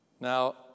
Now